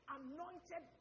anointed